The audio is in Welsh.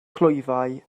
clwyfau